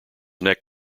neck